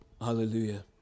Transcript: Hallelujah